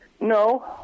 No